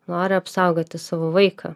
nori apsaugoti savo vaiką